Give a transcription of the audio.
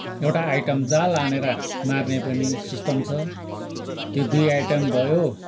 एउटा आइटम जाल हानेर मार्ने पनि सिस्टम छ त्यो दुई आइटम भयो